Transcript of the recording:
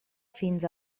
fins